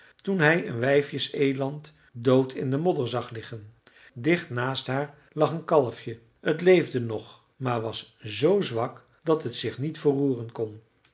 toen hij een wijfjeseland dood in de modder zag liggen dicht naast haar lag een kalfje het leefde nog maar was z zwak dat het zich niet verroeren kon